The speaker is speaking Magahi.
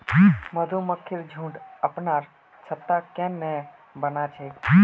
मधुमक्खिर झुंड अपनार छत्ता केन न बना छेक